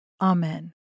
amen